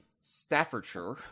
Staffordshire